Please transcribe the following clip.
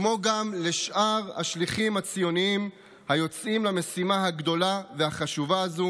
כמו גם לשאר השליחים הציונים היוצאים למשימה הגדולה והחשובה הזאת